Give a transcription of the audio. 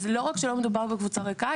אז לא רק שלא מדבור בקבוצה ריקה,